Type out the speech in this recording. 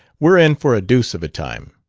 we're in for a deuce of a time.